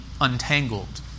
untangled